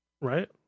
Right